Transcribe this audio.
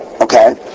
Okay